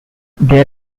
there